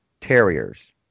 terriers